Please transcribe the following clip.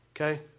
okay